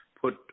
put